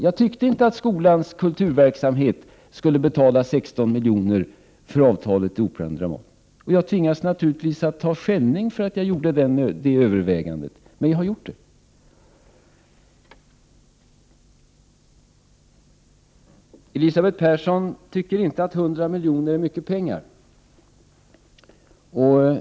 Jag tyckte inte att skolans kulturverksamhet skulle betala 16 miljoner för avtalet för Operan och Dramaten. Jag tvingas naturligtvis att ta skällning för att jag gjorde den bedömningen, men jag gjorde det. Elisabeth Persson tycker inte att 100 miljoner är mycket pengar.